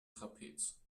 trapez